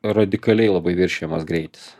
radikaliai labai viršijamas greitis